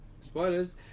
spoilers